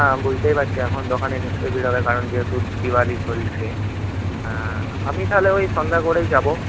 হ্যাঁ বুঝতেই পারছি এখন দোকানে নিশ্চয়ই ভিড় হবে কারণ যেহেতু দিওয়ালি চলছে আমি তাহলে ওই সন্ধ্যা করেই যাব